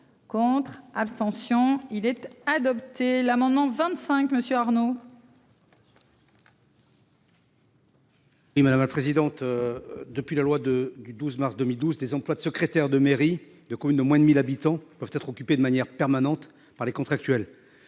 Contre, abstention il était adopté l'amendement 25 monsieur Arnaud. Et madame la présidente. Depuis la loi de du 12 mars 2012, les employes de secrétaire de mairie de communes de moins de 1000 habitants peuvent être occupé de manière permanente par les contractuels.